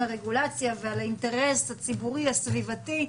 הרגולציה ועל האינטרס הציבורי הסביבתי,